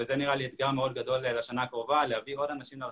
נציגות דיפלומטית והנוכחות הדיגיטלית ממש משנה ועושה הבדל.